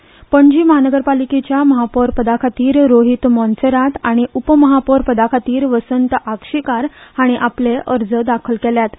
मनपा महापौर पणजी म्हानगरपालिकेच्या महापौर पदाखातीर रोहित मोन्सेरात आनि उपमहापौर पदाखातीर वसंत आगशीकार हाणी आपले अर्ज दाखल केल्यात